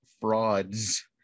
frauds